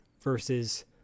versus